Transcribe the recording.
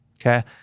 Okay